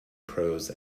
prose